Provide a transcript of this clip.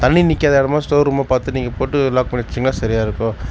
தண்ணி நிற்காத இடமா ஸ்டோர்ரூமா பார்த்து நீங்கள் போட்டு லாக் பண்ணி வச்சிங்கனா சரியாக இருக்கும்